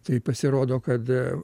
tai pasirodo kad